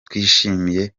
twishimiye